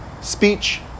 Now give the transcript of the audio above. speech